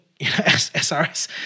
SRS